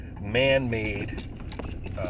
man-made